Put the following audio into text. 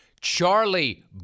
Charlie